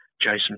Jason